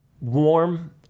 warm